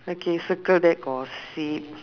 okay circle that for six